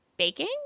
Baking